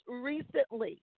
recently